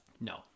No